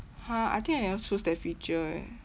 !huh! I think I never choose that feature eh